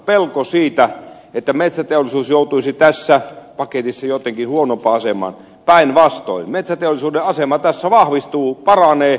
pelko siitä että metsäteollisuus joutuisi tässä paketissa jotenkin huonompaan asemaan päinvastoin metsäteollisuuden asema tässä vahvistuu paranee